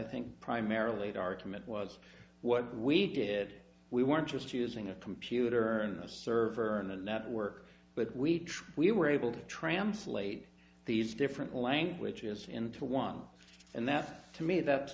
think primarily the argument was what we did we weren't just using a computer and a server in the network but we try we were able to translate these different languages into one and that to me that's